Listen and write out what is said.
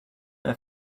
have